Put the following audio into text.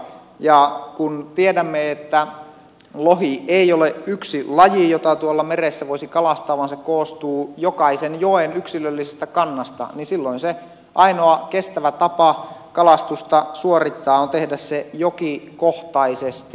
ja kun tiedämme että lohi ei ole yksi laji jota tuolla meressä voisi kalastaa vaan se koostuu jokaisen joen yksilöllisestä kannasta niin silloin se ainoa kestävä tapa kalastusta suorittaa on tehdä se jokikohtaisesti